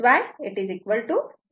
61 ampere येते